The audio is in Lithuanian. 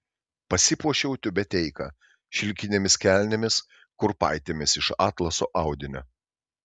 pasipuošiau tiubeteika šilkinėmis kelnėmis kurpaitėmis iš atlaso audinio